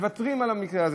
מוותרים עליו במקרה הזה.